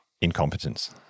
incompetence